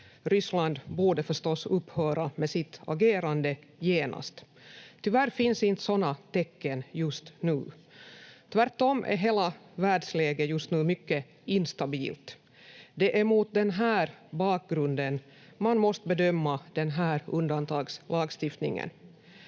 Ryssland borde förstås upphöra med sitt agerande genast. Tyvärr finns inte sådana tecken just nu. Tvärtom är hela världsläget just nu mycket instabilt. Det är mot den här bakgrunden man måste bedöma den här undantagslagstiftningen.